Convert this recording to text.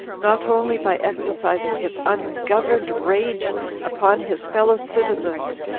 not only by exercising his ungoverned rage upon his fellow citizens,